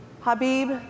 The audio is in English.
Habib